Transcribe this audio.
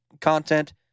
content